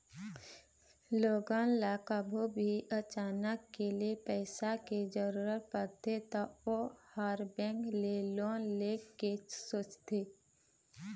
लोगन ल कभू भी अचानके ले पइसा के जरूरत परथे त ओ ह बेंक ले लोन ले के सोचथे